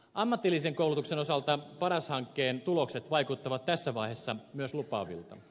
ammatillisen koulutuksen osalta paras hankkeen tulokset vaikuttavat tässä vaiheessa myös lupaavilta